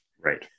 Right